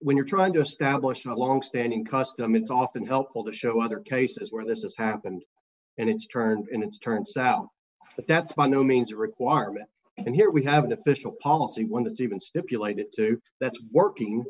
when you're trying to establish a longstanding custom it's often helpful to show other cases where this has happened and it's turned in and turns out that that's my new means requirement and here we have an official policy one that's even stipulated to that's working